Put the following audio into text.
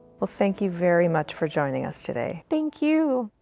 well thank you very much for joining us today. thank you.